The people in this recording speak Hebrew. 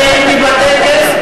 הוא שקרן.